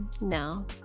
no